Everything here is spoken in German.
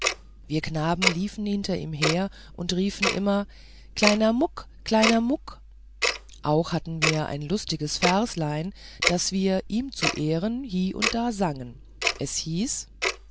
wir knaben liefen hinter ihm her und schrien immer kleiner muck kleiner muck auch hatten wir ein lustiges verslein das wir ihm zu ehren hie und da sangen es hieß